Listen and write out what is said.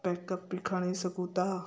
backup बि खणी सघूं था